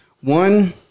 One